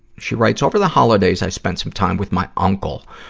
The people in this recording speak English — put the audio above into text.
she writes, over the holidays, i spent some time with my uncle,